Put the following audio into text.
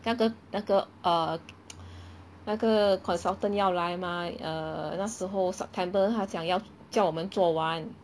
那个那个 err 那个 consultant 要来嘛 err 那时候 september 他讲要叫我们做完